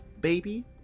baby